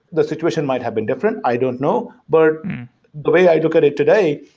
the situation might have been different. i don't know, but the way i look at it today,